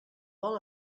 vol